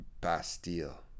Bastille